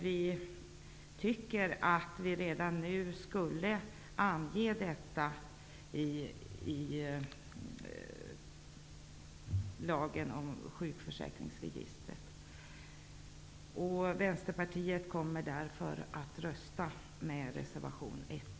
Vi tycker att det redan nu borde ha kunnat anges i lagen om sjukförsäkringsregistret att registret också får användas för Arbetarskyddsverkets behov av information om sjukfrånvaron vid arbetsställen. Vänsterpartiet kommer därför att rösta för reservation 1.